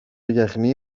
γιαχνί